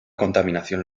contaminación